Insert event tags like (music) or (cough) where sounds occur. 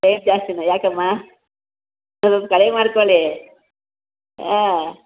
rate ಜಾಸ್ತಿನಾ ಯಾಕಮ್ಮ (unintelligible) ಕಡಿಮೆ ಮಾಡ್ಕೊಳ್ಳಿ ಹಾಂ